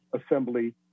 assembly